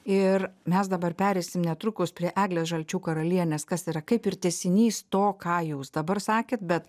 ir mes dabar pereisim netrukus prie eglės žalčių karalienės kas yra kaip ir tęsinys to ką jūs dabar sakėt bet